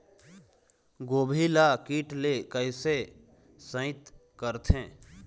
गोभी ल कीट ले कैसे सइत करथे?